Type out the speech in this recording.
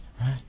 right